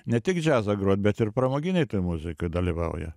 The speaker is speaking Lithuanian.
ne tik džiazą grot bet ir pramoginėj muzikoj dalyvauja